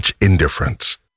Indifference